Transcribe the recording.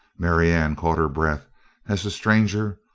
marianne caught her breath as the stranger,